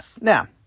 Now